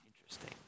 Interesting